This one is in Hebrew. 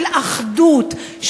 של אחדות,